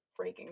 freaking